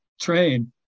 train